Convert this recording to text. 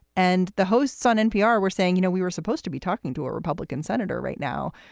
and the hosts on npr were saying, you know, we were supposed to be talking to a republican senator right now,